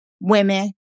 women